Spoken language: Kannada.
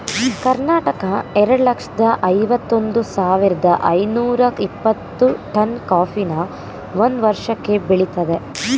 ಕರ್ನಾಟಕ ಎರಡ್ ಲಕ್ಷ್ದ ಐವತ್ ಒಂದ್ ಸಾವಿರ್ದ ಐನೂರ ಇಪ್ಪತ್ತು ಟನ್ ಕಾಫಿನ ಒಂದ್ ವರ್ಷಕ್ಕೆ ಬೆಳಿತದೆ